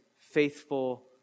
faithful